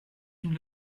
une